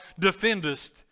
defendest